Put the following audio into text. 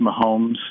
Mahomes